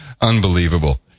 Unbelievable